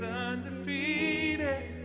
undefeated